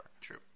True